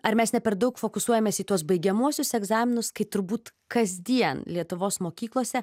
ar mes ne per daug fokusuojames į tuos baigiamuosius egzaminus kai turbūt kasdien lietuvos mokyklose